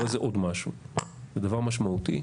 זה דבר משמעותי.